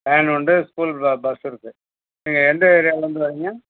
van உண்டு school bus இருக்கு நீங்கள் எந்த ஏரியாலேருந்து வரீங்க